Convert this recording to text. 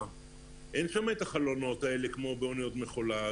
אין שם את החלונות האלה כמו באוניות מכולה.